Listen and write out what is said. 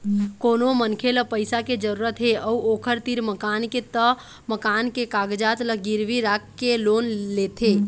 कोनो मनखे ल पइसा के जरूरत हे अउ ओखर तीर मकान के त मकान के कागजात ल गिरवी राखके लोन लेथे